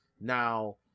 Now